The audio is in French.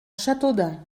châteaudun